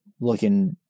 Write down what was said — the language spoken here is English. looking